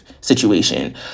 situation